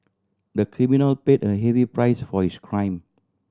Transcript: the criminal paid a heavy price for his crime